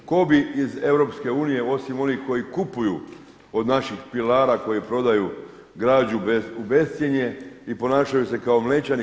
Tko bi iz EU osim onih koji kupuju od naših pilara koji prodaju građu u bescjenje i ponašaju se kao Mlečani.